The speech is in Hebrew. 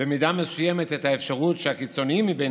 במידה מסוימת את האפשרות שהקיצונים מבין